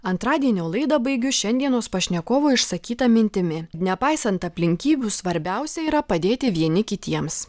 antradienio laidą baigiu šiandienos pašnekovo išsakyta mintimi nepaisant aplinkybių svarbiausia yra padėti vieni kitiems